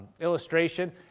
Illustration